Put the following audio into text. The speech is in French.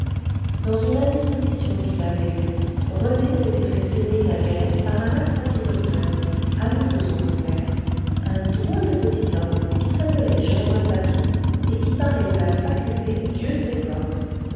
dans une indisposition qu'il avait eue rené s'était fait saigner naguère par un apprenti docteur ami de son beau-père un drôle de petit homme qui s'appelait germain patou et qui parlait de la faculté dieu sait comme